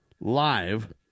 Live